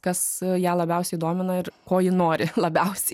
kas ją labiausiai domina ir ko ji nori labiausiai